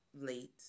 late